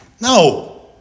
No